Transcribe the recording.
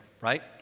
right